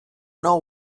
know